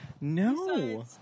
No